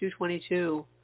222